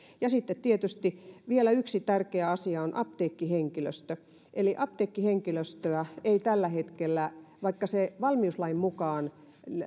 sitten tietysti vielä yksi tärkeä asia on apteekkihenkilöstö eli apteekkihenkilöstö ei tällä hetkellä vaikka se valmiuslain mukaan